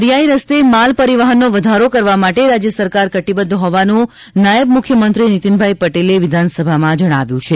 દરિયાઈ રસ્તે માલ પરિવહનનો વધારો કરવા માટે રાજ્ય સરકાર કટિબધ્ધ હોવાનું નાયબ મુખ્યમંત્રી નીતિન પટેલે વિધાનસભામાં જણાવ્યું છે